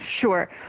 Sure